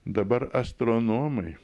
dabar astronomai